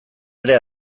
ere